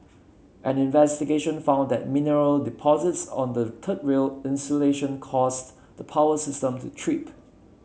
an investigation found that mineral deposits on the third rail insulation caused the power system to trip